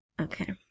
Okay